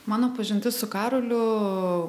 mano pažintis su karoliu